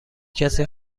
کسی